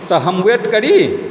तऽ हम वेट करी